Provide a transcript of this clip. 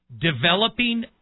Developing